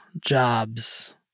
jobs